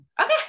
Okay